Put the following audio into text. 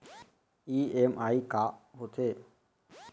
EMI का होथे?